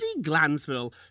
Glansville